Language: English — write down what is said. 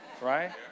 right